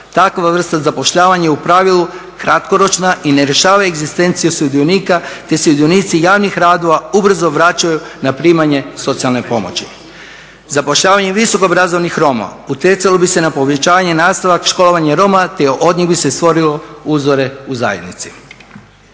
takva vrsta zapošljavanja je u pravilu kratkoročna i ne rješava egzistenciju sudionika te se sudionici javnih radova ubrzo vraćaju na primanje socijalne pomoći. Zapošljavanjem visoko obrazovanih Roma utjecalo bi se na povećanje i nastavak školovanja Roma, te od njih bi se stvorilo uzore u zajednici.